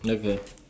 okay